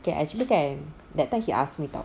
okay actually kan that time he asked me [tau]